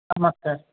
ନମସ୍କାର